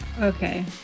Okay